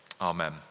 Amen